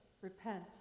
repent